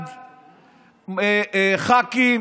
ח"כים,